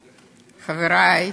חברי,